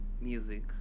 music